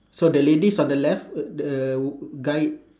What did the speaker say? so the lady's on the left uh the uh guy